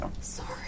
Sorry